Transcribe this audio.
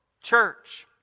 Church